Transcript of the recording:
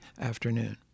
afternoon